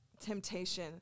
temptation